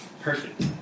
perfect